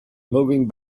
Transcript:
moving